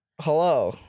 Hello